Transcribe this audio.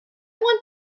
want